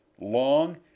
long